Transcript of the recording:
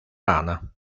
rana